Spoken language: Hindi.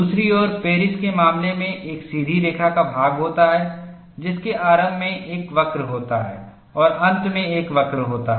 दूसरी ओर पेरिस के मामले में एक सीधी रेखा का भाग होता है जिसके आरंभ में एक वक्र होता है और अंत में एक वक्र होता है